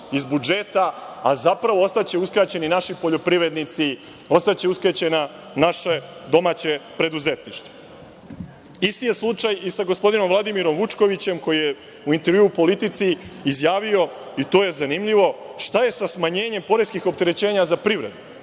iz budžeta, a zapravo ostaće uskraćeni naši poljoprivrednici, ostaće uskraćeno naše domaće preduzetništvo. Isti je slučaj i sa gospodinom Vladimirom Vučkovićem, koji je u intervjuu u „Politici“ izjavio, i to je zanimljivo – šta je sa smanjenjem poreskih opterećenja za privredu?